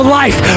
life